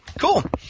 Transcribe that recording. Cool